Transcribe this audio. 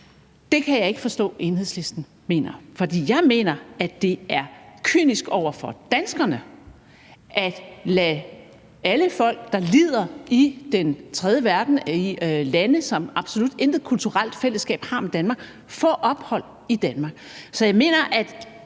med danskere. Jeg mener nemlig, at det er kynisk over for danskerne at lade alle folk, der lider, i den tredje verden – folk fra lande, som absolut intet kulturelt fællesskab har med Danmark – få ophold i Danmark. Så jeg mener, at